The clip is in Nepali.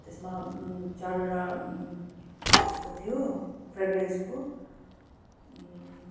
त्यसमा चारवटा त्यसको थियो फ्रेगरेन्सको